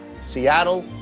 Seattle